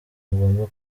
ngomba